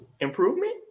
improvement